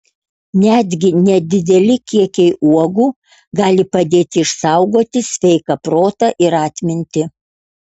netgi nedideli kiekiai uogų gali padėti išsaugoti sveiką protą ir atmintį